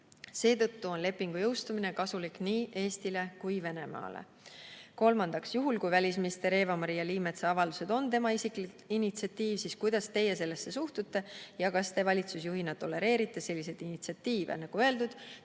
Seetõttu on lepingu jõustumine kasulik nii Eestile kui ka Venemaale. Kolmandaks: "Juhul, kui välisminister Eva-Maria Liimetsa avaldused on tema isiklik initsiatiiv, siis kuidas Teie sellesse suhtute ja kas Teie valitsusjuhina tolereerite selliseid initsiatiive?" Nagu öeldud,